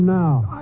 now